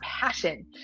passion